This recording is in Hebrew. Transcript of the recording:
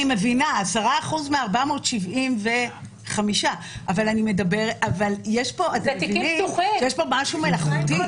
אני מבינה 10% מתוך 475. אבל אתם מבינים שיש פה משהו מלאכותי.